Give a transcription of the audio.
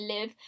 live